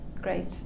great